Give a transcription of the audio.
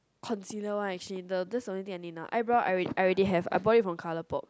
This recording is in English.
consider one actually the that's the only thing I need now eyebrow I already I already have I bought it from Colorpop